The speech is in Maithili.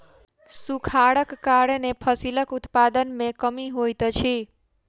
सूखाड़क कारणेँ फसिलक उत्पादन में कमी होइत अछि